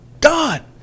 God